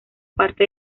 parte